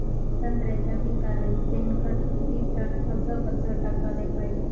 संत्र्याच्या पिकाले शेनखत किती टन अस कस टाकाले पायजे?